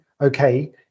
okay